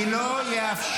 ואני לא אתן.